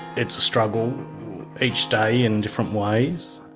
it's a struggle each day in different ways.